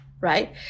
Right